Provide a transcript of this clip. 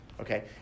okay